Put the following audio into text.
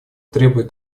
требует